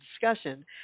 discussion